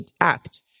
act